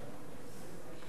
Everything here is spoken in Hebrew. אדוני היושב-ראש,